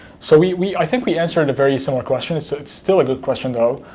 so we we i think we answered a very similar question. it's ah it's still a good question though.